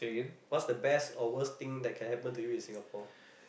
what's the best or worst thing that can happen to you in Singapore